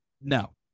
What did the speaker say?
No